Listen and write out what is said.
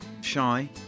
shy